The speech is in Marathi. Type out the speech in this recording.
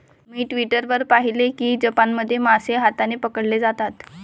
मी ट्वीटर वर पाहिले की जपानमध्ये मासे हाताने पकडले जातात